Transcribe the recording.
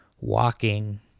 walking